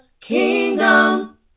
Kingdom